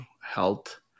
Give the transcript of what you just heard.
health